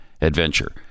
adventure